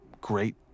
great